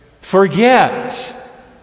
Forget